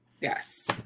Yes